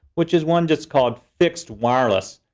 which is one just called fixed wireless.